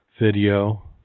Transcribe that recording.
video